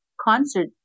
concert